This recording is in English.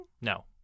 No